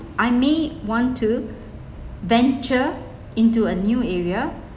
I may want to venture into a new area